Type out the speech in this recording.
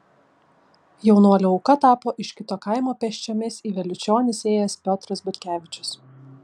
jaunuolių auka tapo iš kito kaimo pėsčiomis į vėliučionis ėjęs piotras butkevičius